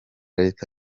leta